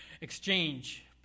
exchange